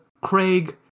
Craig